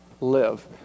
live